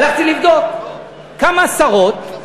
הלכתי לבדוק כמה שרות,